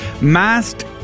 masked